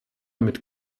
mit